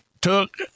took